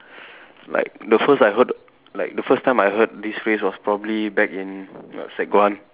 like the first I heard like the first time I heard this phrase was probably back in like sec one